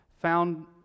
found